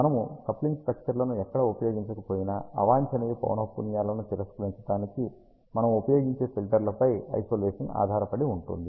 మనము కప్లింగ్ స్టక్చర్లను ఎక్కడ ఉపయోగించకపోయినా అవాంఛనీయ పౌనఃపున్యాలను తిరస్కరించడానికి మనము ఉపయోగించే ఫిల్టర్లపై ఐసోలేషన్ ఆధారపడి ఉంటుంది